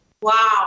Wow